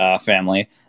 family